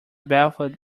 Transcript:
baffled